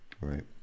Right